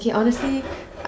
okay honestly